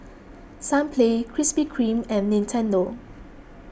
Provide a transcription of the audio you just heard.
Sunplay Krispy Kreme and Nintendo